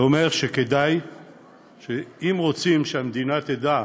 זה אומר שאם רוצים שהמדינה תדע,